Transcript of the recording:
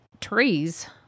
trees